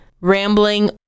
rambling